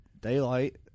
daylight